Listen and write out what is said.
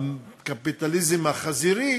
"הקפיטליזם החזירי"